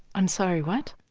i'm sorry. what?